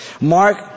Mark